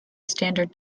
standard